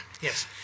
yes